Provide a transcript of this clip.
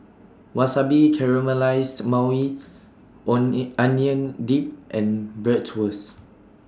Wasabi Caramelized Maui on neat Onion Dip and Bratwurst